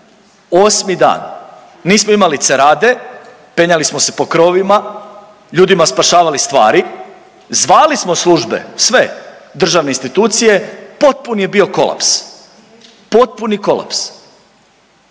osmi dan. Nismo imali cerade, penjali smo se po krovovima, ljudima spašavali stvari, zvali smo službe sve, državne institucije potpuni je bio kolaps, potpuni kolaps.